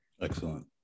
Excellent